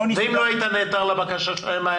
מה היה קורה אם לא היית נעתר לבקשה שלהם?